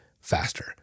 faster